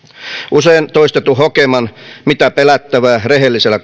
usein toistetun hokeman mitä pelättävää rehellisellä